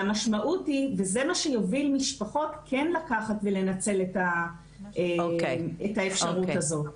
וזה מה שיוביל משפחות כן לקחת ולנצל את האפשרות הזאת.